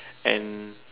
and